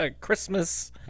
Christmas